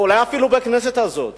אולי אפילו בכנסת הזאת,